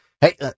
hey